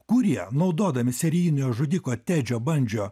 kurie naudodami serijinio žudiko tedžio bandžio